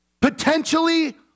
Potentially